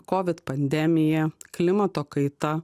kovid pandemiją klimato kaita